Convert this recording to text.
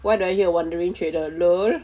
why do I hear a wandering trader lol